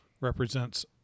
represents